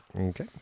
Okay